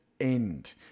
end